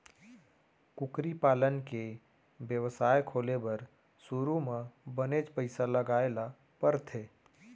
कुकरी पालन के बेवसाय खोले बर सुरू म बनेच पइसा लगाए ल परथे